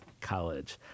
College